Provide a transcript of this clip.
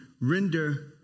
render